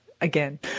again